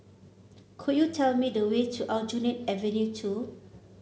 could you tell me the way to Aljunied Avenue Two